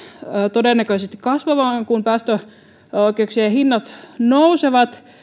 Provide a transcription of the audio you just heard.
todennäköisesti kasvamaan kun päästöoikeuksien hinnat nousevat